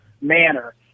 manner